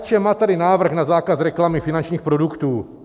KSČM má tady návrh na zákaz reklamy finančních produktů.